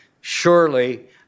surely